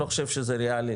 לא חושב שזה ריאלי,